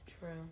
True